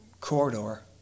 Corridor